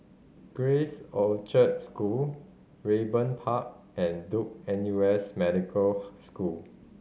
Grace Orchard School Raeburn Park and Duke N U S Medical School